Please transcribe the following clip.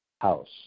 house